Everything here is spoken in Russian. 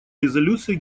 резолюции